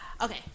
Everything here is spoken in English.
Okay